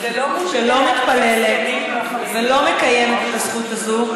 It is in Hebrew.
שלא מתפללת ולא מקיימת את הזכות הזו,